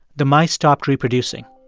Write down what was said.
the mice stopped reproducing.